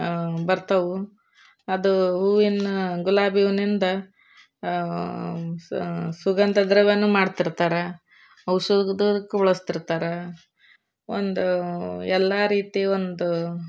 ಬರ್ತವೆ ಅದು ಹೂವಿನ ಗುಲಾಬಿ ಹೂನಿಂದ ಸುಗಂಧ ದ್ರವ್ಯ ಮಾಡ್ತಿರ್ತಾರೆ ಔಷಧಕ್ಕು ಬಳಸ್ತಿರ್ತಾರೆ ಒಂದು ಎಲ್ಲ ರೀತಿ ಒಂದು